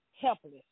helpless